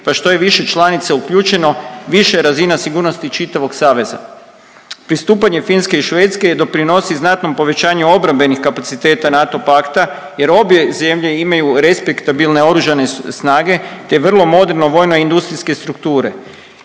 pa što je više članica uključeno viša je razina sigurnosti čitavog saveza. Pristupanje Finske i Švedske doprinosi znatnom povećanju obrambenih kapaciteta NATO pakta jer obje zemlje imaju respektabilne oružane snage te vrlo moderno vojnoindustrijske strukture.